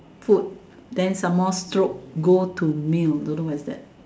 food then some more stroke go to meal they don't know what's that